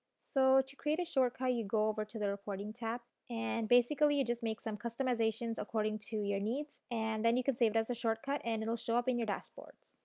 so, to create a short cut you go over to the reporting tab and basically you just make some customization according to your needs and then you can save it as a short cut and it will show up in your dashboard.